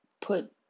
put